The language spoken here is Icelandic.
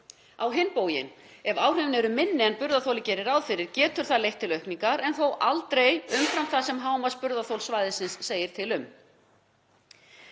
Á hinn bóginn, ef áhrifin eru minni en burðarþolið gerir ráð fyrir, getur það leitt til aukningar en þó aldrei umfram það sem hámarksburðarþol svæðisins segir til um.